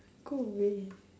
go away